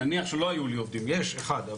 יש אחד,